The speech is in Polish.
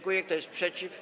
Kto jest przeciw?